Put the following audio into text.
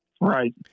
right